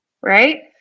right